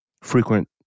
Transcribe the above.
frequent